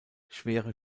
schwere